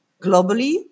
globally